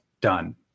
done